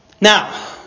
Now